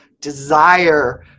desire